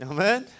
Amen